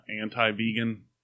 anti-vegan